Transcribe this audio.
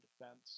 Defense